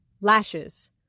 lashes